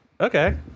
Okay